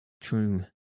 True